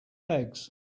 legs